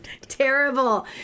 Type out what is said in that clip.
terrible